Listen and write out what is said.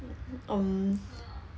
um